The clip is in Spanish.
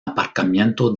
aparcamiento